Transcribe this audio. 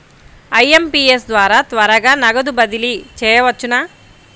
IMPS ద్వారా త్వరగా నగదు బదిలీ చేయవచ్చునా?